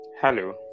Hello